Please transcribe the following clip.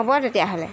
হ'ব তেতিয়াহ'লে